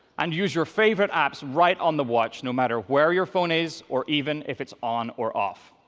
and use your favorite apps right on the watch, no matter where your phone is or even if it's on or off.